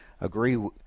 agree